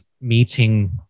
meeting